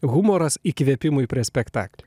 humoras įkvėpimui prie spektaklį